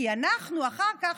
כי אנחנו אחר כך,